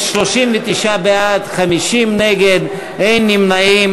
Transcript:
יש 39 בעד, 50 נגד, אין נמנעים.